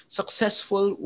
successful